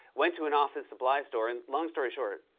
went to an office supply store and, long story short